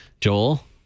Joel